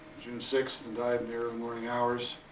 june sixth. and died there and morning hours.